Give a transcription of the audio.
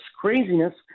craziness